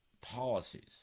policies